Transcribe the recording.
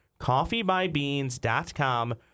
CoffeeByBeans.com